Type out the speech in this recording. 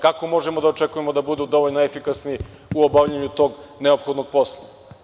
Kako možemo da očekujemo da budu dovoljno efikasni u obavljanju tog neophodnog posla?